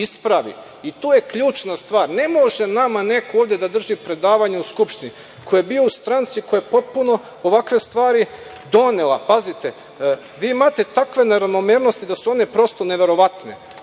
isprave? I to je ključna stvar. Ne može nama neko ovde da drži predavanja u Skupštini ko je bio u stranci, koja je potpuno ovakve stvari donela. Pazite, vi imate takve neravnomernosti da su one prosto neverovatne.